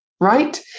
right